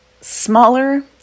smaller